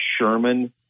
Sherman